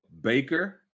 Baker